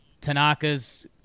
Tanaka's